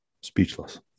Speechless